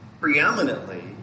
preeminently